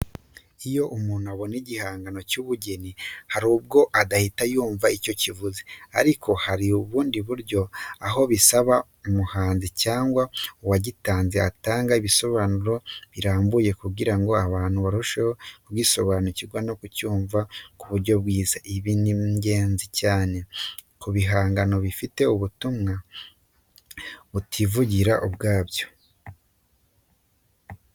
Iyo umuntu abona igihangano cy’ubugeni, hari ubwo adahita yumva icyo kivuga, ariko hari n’ubundi buryo aho bisaba ko umuhanzi cyangwa uwagitanze atanga ibisobanuro birambuye kugira ngo abantu barusheho kugisobanukirwa no kucyumva mu buryo bwiza. Ibi ni ingenzi cyane ku bihangano bifite ubutumwa butivugira ubwabyo.